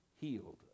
healed